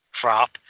crop